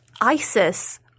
ISIS